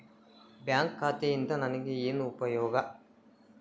Bank ಖಾತೆಯಿಂದ ನನಗೆ ಏನು ಉಪಯೋಗ?